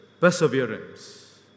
perseverance